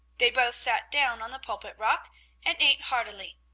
they both sat down on the pulpit-rock and ate heartily,